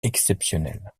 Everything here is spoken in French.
exceptionnel